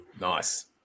Nice